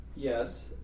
Yes